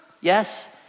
Yes